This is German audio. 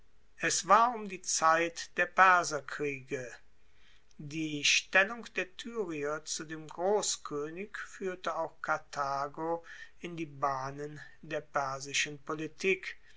es war um die zeit der perserkriege die stellung der tyrier zu dem grosskoenig fuehrte auch karthago in die bahnen der persischen politik